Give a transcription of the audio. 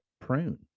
prune